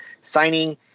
signing